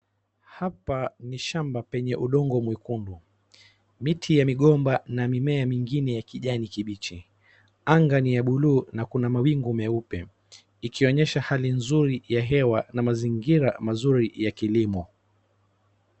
Hapa ni shamba penye udongo mwekundu, miti ya migomba na mimea mingine ya kijani kibichi, anga ni ya buluu na kuna mawingu meupe, ikionyesha hali nzuri ya hewa na mazingira mazuri ya kilimo.